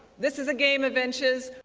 this is a game of inches.